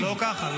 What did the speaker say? לא ככה.